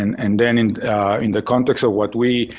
and and then in in the context of what we,